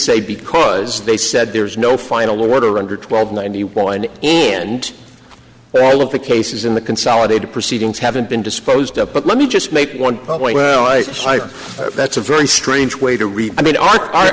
say because they said there is no final order under twelve ninety one end well of the cases in the consolidated proceedings haven't been disposed of but let me just make one public that's a very strange way to read i mean